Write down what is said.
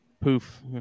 poof